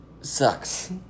sucks